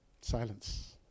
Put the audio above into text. Silence